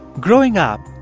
growing up,